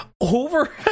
over